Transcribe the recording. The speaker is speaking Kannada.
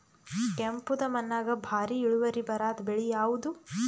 ಕೆಂಪುದ ಮಣ್ಣಾಗ ಭಾರಿ ಇಳುವರಿ ಬರಾದ ಬೆಳಿ ಯಾವುದು?